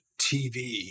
TV